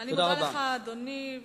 אני מודה לך, אדוני.